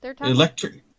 Electric